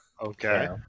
Okay